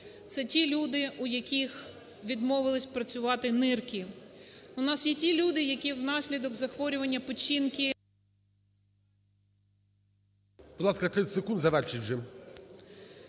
це ті люди, у яких відмовились працювати нирки. У нас є ті люди, які внаслідок захворювання печінки…